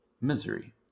misery